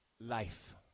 life